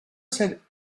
said